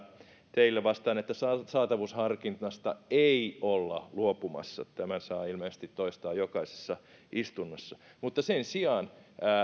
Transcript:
teille vastaan että saatavuusharkinnasta ei olla luopumassa tämän saa ilmeisesti toistaa jokaisessa istunnossa mutta